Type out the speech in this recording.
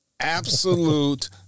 absolute